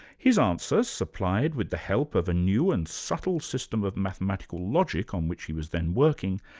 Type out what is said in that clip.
his answer, supplied with the help of a new and subtle system of mathematical logic on which he was then working,